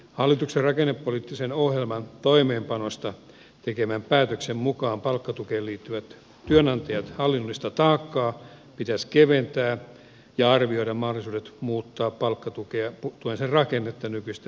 hallituksen rakennepoliittisen ohjelman toimeenpanosta tekemän päätöksen mukaan palkkatukeen liittyvää työnantajien hallinnollista taakkaa pitäisi keventää ja arvioida mahdollisuudet muuttaa palkkatuen rakennetta nykyistä yksinkertaisemmaksi